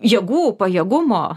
jėgų pajėgumo